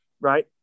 right